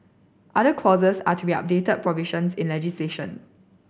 other clauses are to be update provisions in legislation